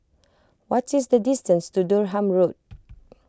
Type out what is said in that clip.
what is the distance to Durham Road